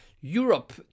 Europe